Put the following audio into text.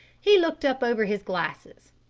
he looked up over his glasses.